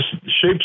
shapes